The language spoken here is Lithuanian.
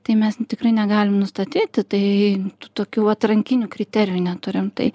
tai mes tikrai negalim nustatyti tai tokių atrankinių kriterijų neturim tai